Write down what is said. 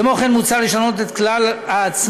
כמו כן, מוצע לשנות את כלל ההצמדה